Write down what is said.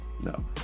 no